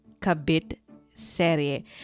Kabit-serie